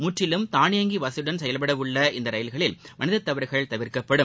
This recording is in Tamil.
முற்றிலும் தானியங்கி வசதியுடன் செயல்பட உள்ள இந்த ரயில்களில் மனிதத் தவறுகள் தவிர்க்கப்படும்